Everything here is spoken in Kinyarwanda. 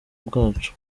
bwacu